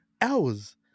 hours